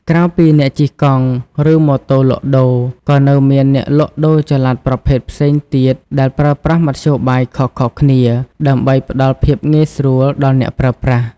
ក្រៅពីអ្នកជិះកង់ ឬម៉ូតូលក់ដូរ ក៏នៅមានអ្នកលក់ដូរចល័តប្រភេទផ្សេងទៀតដែលប្រើប្រាស់មធ្យោបាយខុសៗគ្នា ដើម្បីផ្តល់ភាពងាយស្រួលដល់អ្នកប្រើប្រាស់។